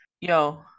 Yo